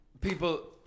people